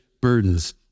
burdens